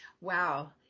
Wow